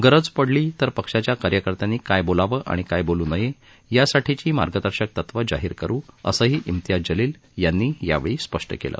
गरज पडल्यास पक्षाच्या कार्यकर्त्यांनी काय बोलावे आणि काय बोलू नये यासाठीची मार्गदर्शक तत्वे जाहीर करू असेही म्तियाज जलील यांनी यावेळी स्पष्ट केले